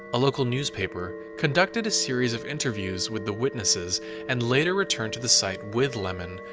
a local newspaper, conducted a series of interviews with the witnesses and later returned to the site with lemon,